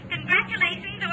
Congratulations